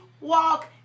walk